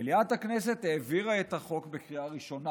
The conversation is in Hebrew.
מליאת הכנסת העבירה את החוק בקריאה ראשונה.